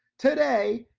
today,